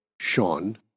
Sean